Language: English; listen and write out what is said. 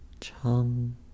Chum